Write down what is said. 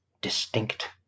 distinct